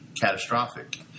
catastrophic